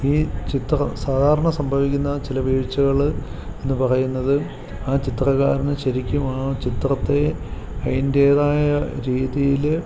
ഈ ചിത്രം സാധാരണ സംഭവിക്കുന്ന ചില വീഴ്ചകള് എന്നു പറയുന്നത് ആ ചിത്രകാരന് ശരിക്കും ആ ചിത്രത്തേ അതിന്റേതായ രീതിയില്